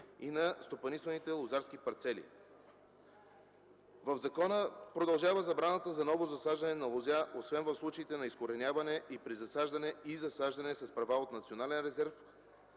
и на стопанисваните лозарски парцели. В закона продължава забраната за ново засаждане на лозя, освен в случаите на изкореняване и при засаждане с права от национален резерв.